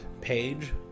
page